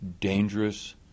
dangerous